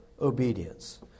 obedience